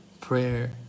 prayer